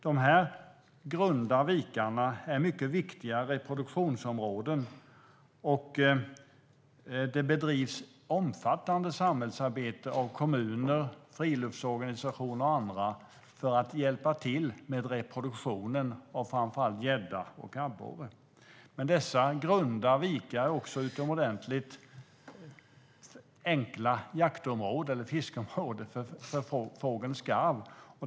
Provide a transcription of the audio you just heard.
Dessa grunda vikar är mycket viktiga reproduktionsområden, och det bedrivs ett omfattande samhällsarbete av kommuner, friluftsorganisationer och andra för att hjälpa till med reproduktionen av framför allt gädda och abborre. Men dessa grunda vikar är också utomordentligt enkla jaktområden, eller fiskeområden, för skarv.